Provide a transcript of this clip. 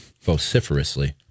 Vociferously